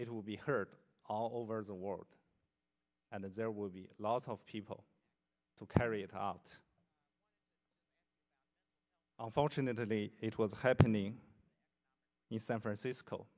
it will be heard all over the world and there will be a lot of people to carry it out unfortunately it was happening in san francisco